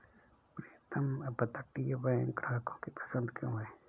प्रीतम अपतटीय बैंक ग्राहकों की पसंद क्यों है?